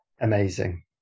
Amazing